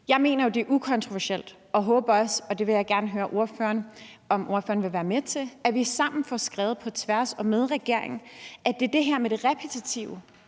mener jeg, at det er ukontroversielt, og jeg håber også, og det vil jeg gerne høre ordføreren om om ordføreren vil være med til, at vi sammen på tværs af partierne og med regeringen får skrevet, at det er det repetitive